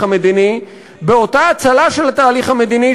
המדיני באותה הצלה של התהליך המדיני,